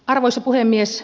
arvoisa puhemies